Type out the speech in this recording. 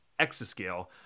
exascale